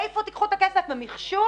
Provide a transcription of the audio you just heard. מאיפה תיקחו את הכסף" ממחשוב?